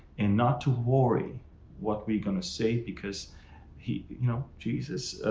and not to worry what we going to say because he, you know, jesus,